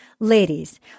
Ladies